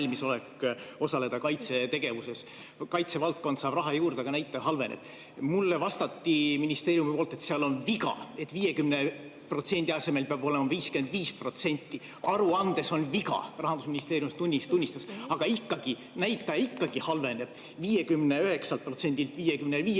valmisolek osaleda kaitsetegevuses. Kaitsevaldkond saab raha juurde, aga näitaja halveneb. Mulle vastati ministeeriumist, et seal on viga, et 50% asemel peab olema 55%. Aruandes on viga, Rahandusministeerium tunnistas, aga näitaja ikkagi halveneb, 58%-lt